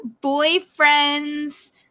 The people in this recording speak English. Boyfriend's